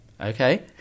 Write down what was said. Okay